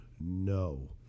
no